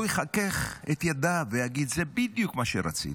הוא יחכך את ידיו ויגיד: זה בדיוק מה שרציתי,